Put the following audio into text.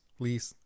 please